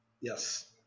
Yes